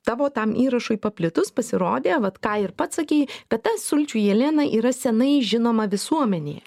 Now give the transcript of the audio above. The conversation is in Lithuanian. tavo tam įrašui paplitus pasirodė vat ką ir pats sakei kad ta sulčių jelena yra seniai žinoma visuomenėje